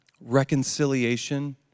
reconciliation